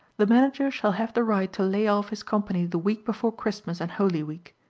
the manager shall have the right to lay off his company the week before christmas and holy week